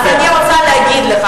אז אני רוצה להגיד לך,